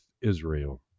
Israel